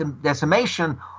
decimation